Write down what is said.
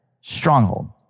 stronghold